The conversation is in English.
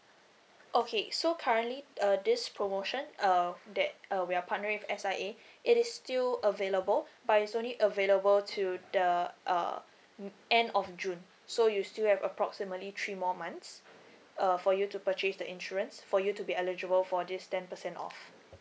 okay so currently uh this promotion uh that uh we are partnering with S_I_A it is still available but it's only available to the uh mm end of june so you still have approximately three more months uh for you to purchase the insurance for you to be eligible for this ten percent off